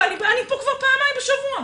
ואני באה לפה כבר פעמיים בשבוע.